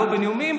לא בנאומים,